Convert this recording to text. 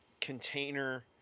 container